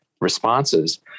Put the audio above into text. responses